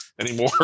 anymore